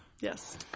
Yes